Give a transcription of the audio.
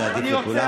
זה עדיף לכולם.